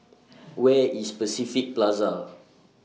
Where IS Pacific Plaza